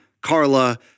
Carla